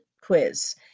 quiz